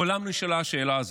מעולם לא נשאלה השאלה הזאת.